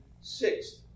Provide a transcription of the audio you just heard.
sixth